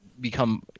become –